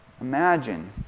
Imagine